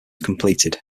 completed